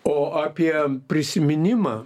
o apie prisiminimą